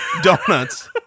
donuts